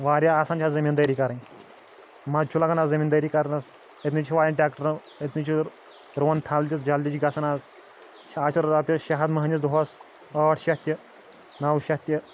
واریاہ آسان چھِ آز زٔمیٖندٲری کَرٕنۍ مَزٕ چھُ لَگان آز زٔمیٖندٲری کَرنَس أتۍنٕے چھِ وایان ٹٮ۪کٹرَن أتۍنٕے چھِ رُوان تھل تہِ جلدی چھِ گژھان آز چھِ آز چھِ رۄپیَس شےٚ ہَتھ مٔہنِس دۄہَس ٲٹھ شَتھ تہِ نَو شَتھ تہِ